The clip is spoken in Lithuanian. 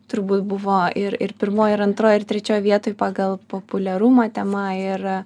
turbūt buvo ir ir pirmoj ir antroj ir trečioj vietoj pagal populiarumą tema ir